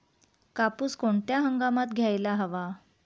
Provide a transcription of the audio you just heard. कापूस कोणत्या हंगामात घ्यायला हवा?